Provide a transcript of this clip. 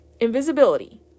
invisibility